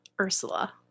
Ursula